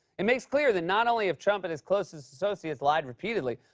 it makes clear that not only have trump and his closest associates lied repeatedly,